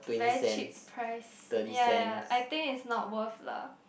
very cheap price ya ya I think it's not worth lah